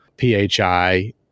PHI